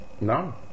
No